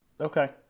okay